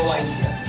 idea